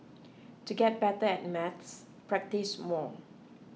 to get better at maths practise more